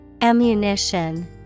Ammunition